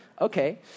Okay